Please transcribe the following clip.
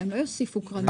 הם לא יוסיפו קרנות.